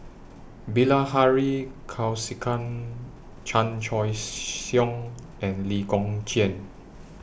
Bilahari Kausikan Chan Choy Siong and Lee Kong Chian